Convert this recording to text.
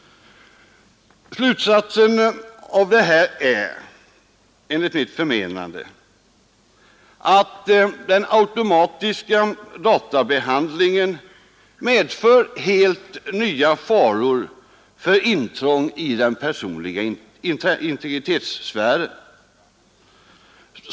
Slutsatsen av detta är enligt mitt förmenande att den automatiska databehandlingen medför helt nya faror för intrång i den personliga integritetssfären.